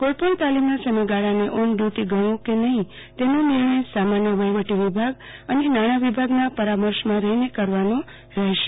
કોઈ પણ તાલીમના સમયગાળાને ઓનડ્યુટી ગણવો કે નહિ તેનો નિર્ણય સામાન્ય વહીવટ વિભાગ અને નાણાવિભાગ ના પરામર્શમાં રહીને કરવાનો રહેશે